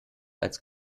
als